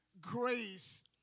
grace